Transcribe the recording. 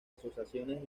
asociaciones